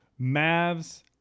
Mavs